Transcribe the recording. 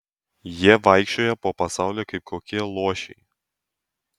jie vaikščioja po pasaulį kaip kokie luošiai